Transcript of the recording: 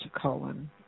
colon